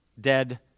dead